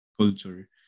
culture